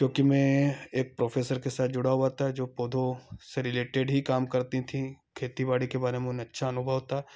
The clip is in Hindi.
क्योंकि मैं एक प्रोफ़ेसर के साथ जुड़ा हुआ था जो पौधों से रिलेटेड ही काम करती थीं खेती बाड़ी के बारे में उन्हें अच्छा अनुभव था